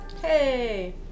Hey